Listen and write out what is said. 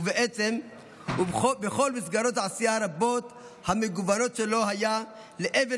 ובעצם בכל מסגרות העשייה הרבות המגוונות שלו היה לאבן